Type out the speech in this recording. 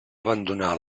abandonar